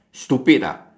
stupid ah